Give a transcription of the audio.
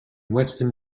western